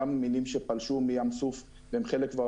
גם מינים שפלשו מים סוף והם חלק כבר